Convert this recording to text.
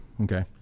okay